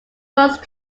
most